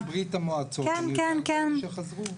גם מברית המועצות, היו כאלה שחזרו.